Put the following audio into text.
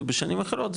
ובשנים אחרות,